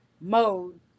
mode